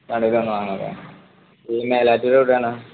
കടയില് വന്ന് വാങ്ങാമല്ലേ ഈ മേലാറ്റൂര് എവിടെയാണ്